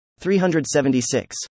376